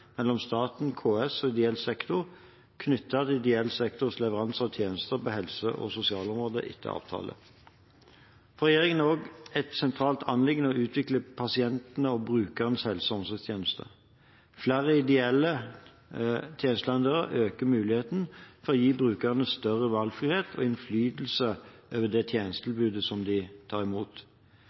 mellom staten, KS og ideell sektor knyttet til ideell sektors leveranser av tjenester på helse- og sosialområdet etter avtale. For regjeringen er det også et sentralt anliggende å utvikle pasientenes og brukernes helse- og omsorgstjenester. Flere ideelle tjenesteleverandører øker muligheten for å gi brukerne større valgfrihet og innflytelse over det tjenestetilbudet som de tar imot.